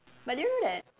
but do you know that uh